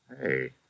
Hey